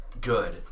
good